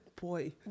boy